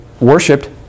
worshipped